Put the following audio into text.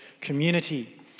community